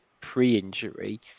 pre-injury